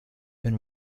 been